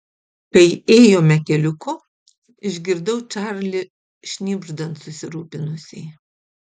kai ėjome keliuku išgirdau čarlį šnibždant susirūpinusiai